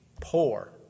Poor